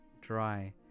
dry